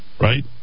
right